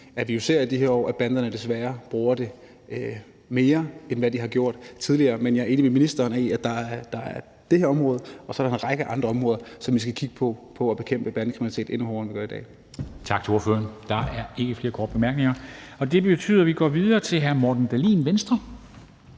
vi jo i de her år ser, at banderne desværre bruger dem mere, end de har gjort tidligere. Men jeg er enig med ministeren i, at vi både skal kigge på det her område og en række andre områder for at bekæmpe bandekriminalitet endnu hårdere, end vi gør i dag. Kl. 14:29 Formanden (Henrik Dam Kristensen): Tak til ordføreren. Der er ikke flere korte bemærkninger, og det betyder, at vi går videre til hr. Morten Dahlin, Venstre.